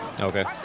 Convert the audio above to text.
Okay